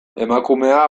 emakumea